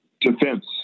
defense